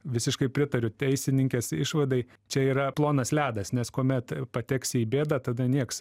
visiškai pritariu teisininkės išvadai čia yra plonas ledas nes kuomet pateksi į bėdą tada nieks